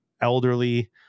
elderly